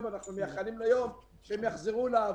אנחנו מייחלים ליום שהם יחזרו לעבודה.